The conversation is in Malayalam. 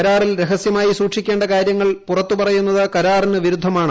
കരാറിൽ രഹസ്യമായി സൂക്ഷിക്കേ കാര്യങ്ങൾ പുറത്തു പറയുന്നത് കരാറിനു വിരുദ്ധമാണ്